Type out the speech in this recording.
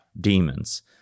demons